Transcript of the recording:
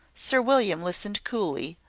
sir william listened coolly,